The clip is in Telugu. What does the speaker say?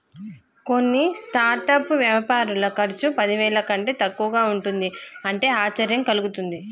కొన్ని స్టార్టప్ వ్యాపారుల ఖర్చు పదివేల కంటే తక్కువగా ఉంటుంది అంటే ఆశ్చర్యం కలుగుతుంది